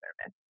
service